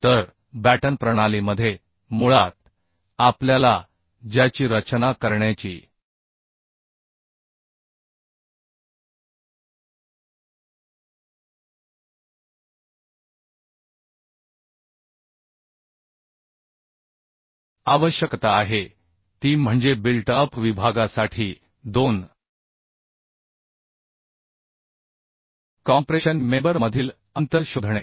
तर बॅटन प्रणालीमध्ये मुळात आपल्याला ज्याची रचना करण्याची आवश्यकता आहे ती म्हणजे बिल्ट अप विभागासाठी दोन कॉम्प्रेशन मेंबर मधील अंतर शोधणे